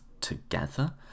together